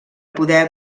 poder